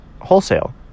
wholesale